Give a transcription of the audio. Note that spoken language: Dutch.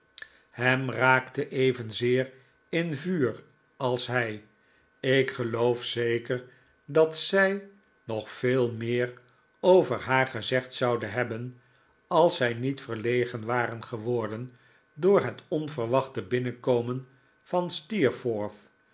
ham raakte evenzeer in vuur als hij ik geloof zeker dat zij nog veel meer over haar gezegd zouden hebben als zij niet verlegen waren geworden door het onverwachte binnenkomen van